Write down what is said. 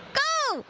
go!